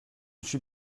suis